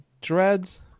dreads